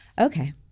okay